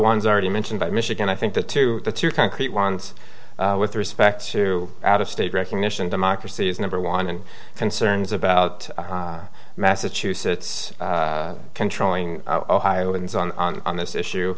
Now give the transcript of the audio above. ones already mentioned by michigan i think the two the two concrete ones with respect to out of state recognition democracy is number one and concerns about massachusetts controlling ohioans on this issue